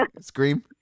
Scream